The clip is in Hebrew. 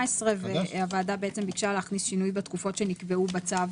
והוועדה ביקשה להכניס שינוי בתקופות שנקבעו בצו